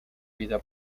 vida